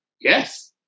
Yes